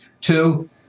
Two